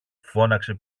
φώναξε